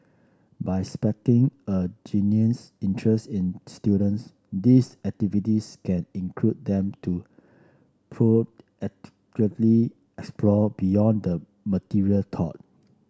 by sparking a genuine interest in students these activities can induce them to proactively explore beyond the material taught